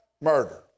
murder